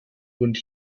und